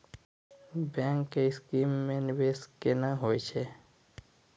Bank के scheme मे निवेश केना होय छै?